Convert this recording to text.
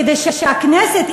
כדי שהכנסת,